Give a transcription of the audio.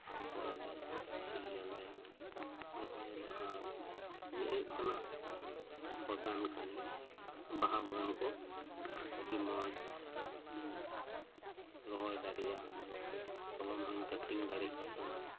ᱟᱯᱷᱚᱨ ᱟᱞᱮ ᱥᱤᱭᱟᱞᱮ ᱨᱚᱦᱚᱭᱟᱞᱮ ᱟᱨ ᱤᱧᱟᱹᱜ ᱦᱩᱭᱩᱜ ᱠᱟᱱᱟ ᱵᱟᱜᱟᱱ ᱠᱟᱹᱢᱤ ᱵᱟᱦᱟ ᱵᱟᱜᱟᱱᱠᱩ ᱟᱹᱰᱤ ᱢᱚᱪ ᱤᱧ ᱨᱚᱦᱚᱭ ᱫᱟᱲᱤᱭᱟ ᱠᱚᱞᱚᱢ ᱦᱚᱧ ᱠᱟᱹᱴᱤᱝ ᱫᱟᱲᱤᱜ ᱜᱤᱭᱟᱹᱧ